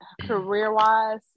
career-wise